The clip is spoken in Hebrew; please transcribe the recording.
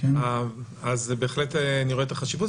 אז בהחלט אני רואה את החשיבות.